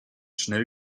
schnell